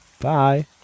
bye